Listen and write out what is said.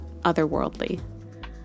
otherworldly